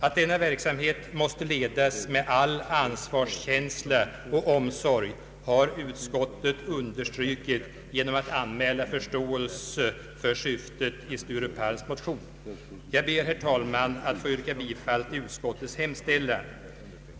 Att denna verksamhet måste ledas med all ansvarskänsla och omsorg, har utskottet understrukit genom att anmäla förståelse för syftet i herr Sture Palms motion. Jag ber, herr talman, att få yrka bifall till utskottets hemställan.